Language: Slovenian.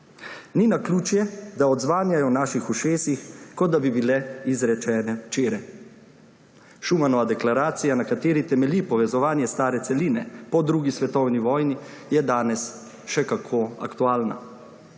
Ni naključje, da odzvanjajo v naših ušesih, kot da bi bile izrečene včeraj. Schumanova deklaracija, na kateri temelji povezovanje stare celine po drugi svetovni vojni, je danes še kako aktualna.